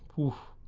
oof,